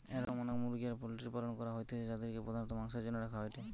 এরম অনেক মুরগি আর পোল্ট্রির পালন করা হইতিছে যাদিরকে প্রধানত মাংসের জন্য রাখা হয়েটে